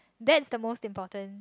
that is the most important